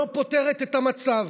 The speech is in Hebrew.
לא פותרת את המצב.